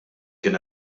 kien